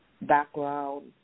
background